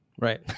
Right